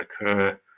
occur